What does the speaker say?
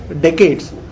decades